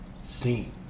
seen